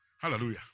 Hallelujah